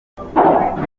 umushinga